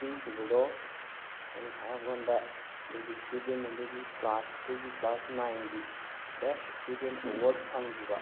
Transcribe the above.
ꯄꯤꯈꯤꯕꯗꯣ ꯑꯩꯉꯣꯟꯗ ꯑꯗꯨꯒꯤ ꯏꯁꯇꯨꯗꯦꯟ ꯑꯗꯨꯒꯤ ꯀ꯭ꯂꯥꯁꯇꯨꯒꯤ ꯀ꯭ꯂꯥꯁ ꯅꯥꯏꯟꯒꯤ ꯕꯦꯁꯠ ꯏꯁꯇꯨꯗꯦꯟ ꯑꯦꯋꯥꯔꯗ ꯐꯪꯈꯤꯕ